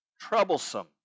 troublesome